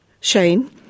Shane